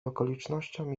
okolicznościom